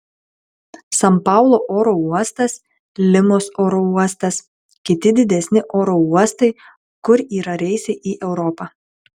san paulo oro uostas limos oro uostas kiti didesni oro uostai kur yra reisai į europą